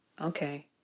Okay